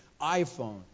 iPhone